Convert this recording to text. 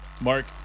mark